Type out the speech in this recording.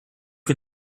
can